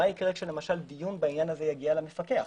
מה יקרה כשלמשל, דיון בעניין הזה יגיע למפקח?